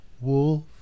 wolf